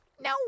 No